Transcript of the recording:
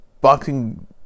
boxing